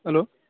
hello